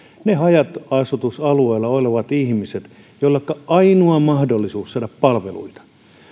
niillä haja asutusalueilla olevilla ihmisillä joilla ainoa mahdollisuus saada palveluita